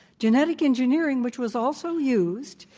genetic engineering, which was also used,